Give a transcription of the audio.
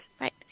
Right